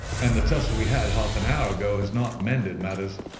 and the tussle we had half an hour ago has not mended matters.